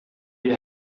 you